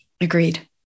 Agreed